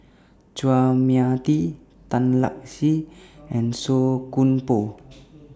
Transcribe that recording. Chua Mia Tee Tan Lark Sye and Song Koon Poh